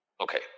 Okay